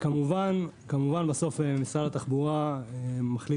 כמובן בסוף משרד התחבורה מחליט.